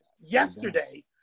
Yesterday